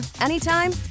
anytime